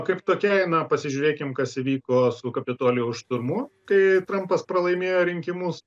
kaip tokiai na pasižiūrėkim kas įvyko su kapitolijaus šturmu kai trampas pralaimėjo rinkimus